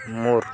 ମୋର